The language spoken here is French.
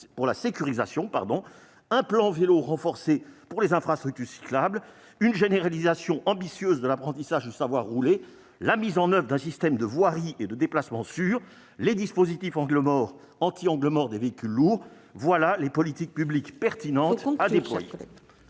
de la sécurité. Un plan Vélo renforcé pour les infrastructures cyclables, une généralisation ambitieuse de l'apprentissage du savoir rouler, la mise en oeuvre d'un système de voirie et de déplacement sûr, les dispositifs anti-angles morts des véhicules lourds, telles sont les politiques publiques pertinentes à déployer